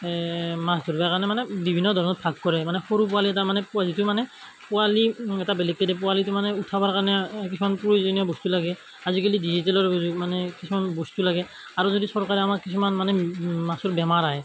মাছ ধৰবাৰ কাৰণে মানে বিভিন্ন ধৰণৰ ভাগ কৰে মানে সৰু পোৱালি এটা মানে পোৱালিটো মানে পোৱালি এটা বেলেগকৈ দিয়ে পোৱালিটো মানে উঠাবাৰ কাৰণে কিছুমান প্ৰয়োজনীয় বস্তু লাগে আজিকালি ডিজিটেলৰ মানে কিছুমান বস্তু লাগে আৰু যদি চৰকাৰে আমাক কিছুমান মানে মাছৰ বেমাৰ আহে